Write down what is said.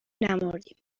نمردیم